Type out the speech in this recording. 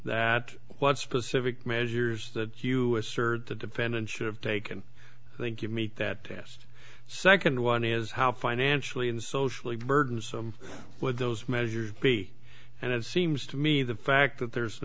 that what specific measures that you assert the defendant should have taken i think you'd meet that test second one is how financially and socially burdensome would those measures be and it seems to me the fact that there's an